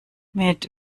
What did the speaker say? mit